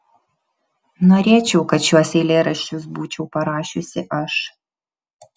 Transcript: norėčiau kad šiuos eilėraščius būčiau parašiusi aš